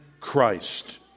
Christ